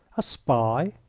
a spy!